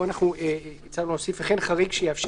פה אנחנו הצענו להוסיף: וכן חריג שיאפשר